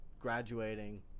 graduating